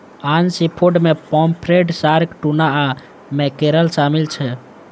आन सीफूड मे pomfret, shark, tuna आ मैकेरल शामिल छै